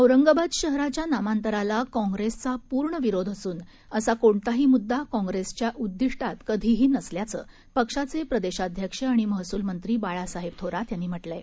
औरंगाबादशहराच्यानामांतरालाकाँग्रेसचापूर्णविरोधअसून असाकोणताहीमुद्दाकाँग्रेसच्याउद्दीष्टातकधीहीनसल्याचं पक्षाचेप्रदेशाध्यक्षआणिमहसूलमंत्रीबाळासाहेबथोरातयांनीम्हटलंआहे